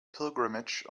pilgrimage